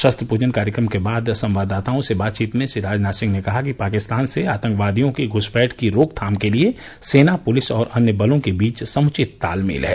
शस्त्र पूजन कार्यक्रम के बाद संवाददाताओं से बातचीत में श्री राजनाथ सिंह ने कहा कि पाकिस्तान से आतंकवादियों की घ्सपैठ की रोकथाम के लिए सेना पुलिस और अन्य बलों के बीच समुचित तालमेल है